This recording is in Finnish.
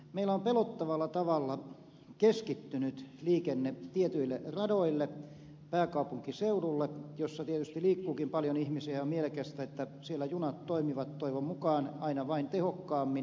meillä on pelottavalla tavalla keskittynyt liikenne tietyille radoille pääkaupunkiseudulle jossa tietysti liikkuukin paljon ihmisiä ja on mielekästä että siellä junat toimivat toivon mukaan aina vain tehokkaammin ja paremmin